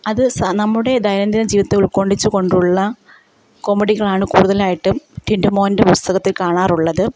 അത് സ നമ്മുടെ ദൈനം ദിന ജീവിതത്തെ ഉൾക്കൊള്ളിച്ചു കൊണ്ടുള്ള കോമഡികളാണ് കൂടുതലായിട്ടും ടിൻറ്റു മോൻ്റെ പുസ്തകത്തിൽ കാണാറുള്ളത്